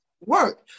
work